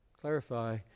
clarify